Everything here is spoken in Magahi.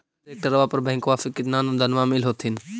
ट्रैक्टरबा पर बैंकबा से कितना अनुदन्मा मिल होत्थिन?